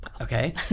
okay